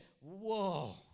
whoa